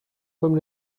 comme